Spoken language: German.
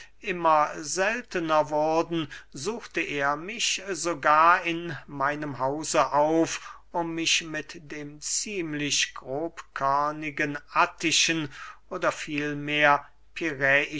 immer seltner wurden suchte er mich sogar in meinem hause auf um mich mit dem ziemlich grobkörnigen attischen oder